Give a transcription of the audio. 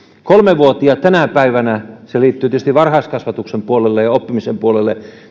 vuotiailla on tänä päivänä se liittyy tietysti varhaiskasvatuksen puolelle ja ja oppimisen puolelle